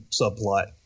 subplot